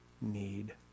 need